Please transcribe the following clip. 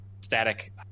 static